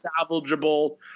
salvageable